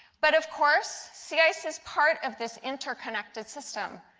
but of course, sea ice is part of this interconnected system.